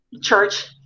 church